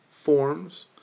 forms